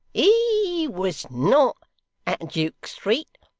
he was not at duke street,